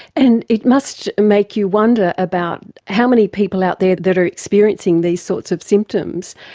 and it must make you wonder about how many people out there that are experiencing these sorts of symptoms,